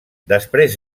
després